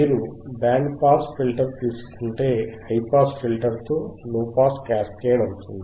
మీరు band pass filter తీసుకుంటే high pass filter తో లోపాస్ క్యాస్కేడ్ అవుతుంది